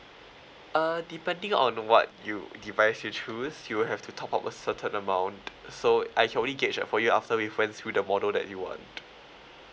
uh depending on what you device you choose you will have to top up a certain amount so I can only gauge uh for you after we've went through the model that you want